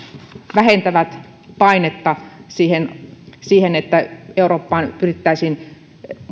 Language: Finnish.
vähentävät painetta siihen siihen että eurooppaan pyrittäisiin